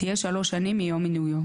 תהיה שלוש שנים מיום מינויו,